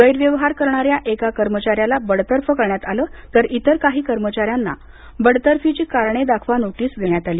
गैरव्यवहार करणाऱ्या एका कर्मचाऱ्यास बडतर्फ करण्यात आलं तर इतर काही कर्मचाऱ्यांना बडतर्फीची कारणे दाखवा नोटीस देण्यात आली